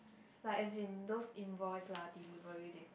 like as in those invoice lah delivery date